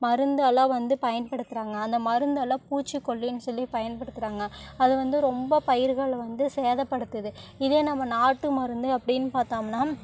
மருந்தல்லாம் வந்து பயன்படுத்துறாங்க அந்த மருந்தல்லாம் பூச்சிக்கொல்லின்னு சொல்லி பயன்படுத்துறாங்க அது வந்து ரொம்ப பயிர்களை வந்து சேதப்படுத்தது இதே நம்ம நாட்டு மருந்து அப்படின்னு பார்த்தம்னா